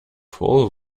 paul